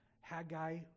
Haggai